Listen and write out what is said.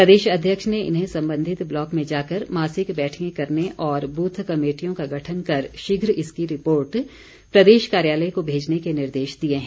प्रदेश अध्यक्ष ने इन्हें सबंधित ब्लॉक में जाकर मासिक बैठकें करने और बूथ कमेटियों का गठन कर शीघ्र इसकी रिपोर्ट प्रदेश कार्यालय को भेजने के निर्देश दिए है